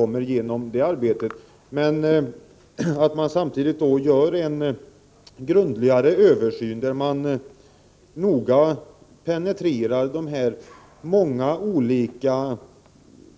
Men det är samtidigt nödvändigt att göra en grundlig översyn, där man noga penetrerar de många olika